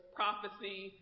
prophecy